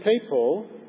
people